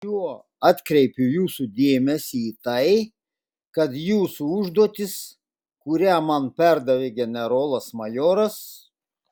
šiuo atkreipiu jūsų dėmesį į tai kad jūsų užduotis kurią man perdavė generolas majoras